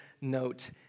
note